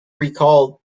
recall